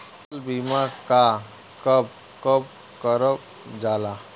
फसल बीमा का कब कब करव जाला?